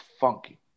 funky